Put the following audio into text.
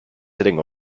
sitting